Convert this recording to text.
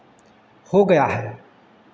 हो गया है